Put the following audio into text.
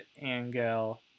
Angel